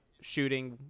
shooting